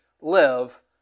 live